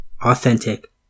authentic